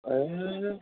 एह